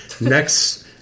Next